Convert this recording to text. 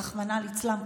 רחמנא לצלן,